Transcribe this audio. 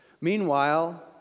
Meanwhile